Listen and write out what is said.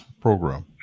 program